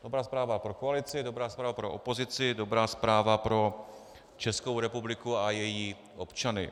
Dobrá zpráva pro koalici, dobrá zpráva pro opozici, dobrá zpráva pro Českou republiku a její občany.